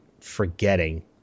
forgetting